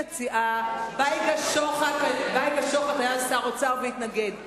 בייגה שוחט היה שר האוצר והוא התנגד.